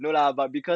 no lah but because